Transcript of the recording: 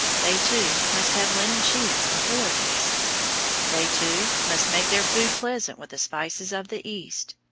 they, too, must have linen sheets and pillow-cases they too, must make their food pleasant with the spices of the east.